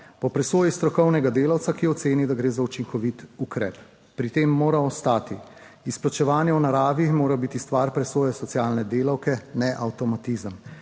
po presoji strokovnega delavca, ki oceni, da gre za učinkovit ukrep. Pri tem mora ostati. Izplačevanje v naravi mora biti stvar presoje socialne delavke, ne avtomatizem.